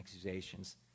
accusations